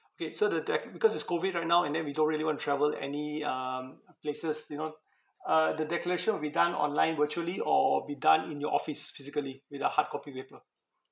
okay so the decla~ because it's COVID right now and then we don't really want to travel any um uh places you know uh the declaration will be done online virtually or be done in your office physically with the hard copy paper